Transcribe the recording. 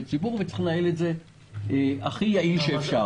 ציבור וצריך לנהל את זה הכי יעיל שאפשר.